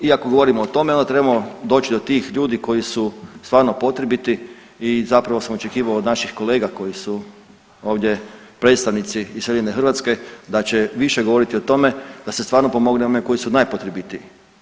I ako govorimo o tome onda trebamo doći do tih ljudi koji su stvarno potrebiti i zapravo sam očekivao od naših kolega koji su ovdje predstavnici iz sredine Hrvatske da će više govoriti o tome da se stvarno pomogne one koji su najpotrebitiji.